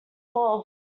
all